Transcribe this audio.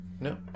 No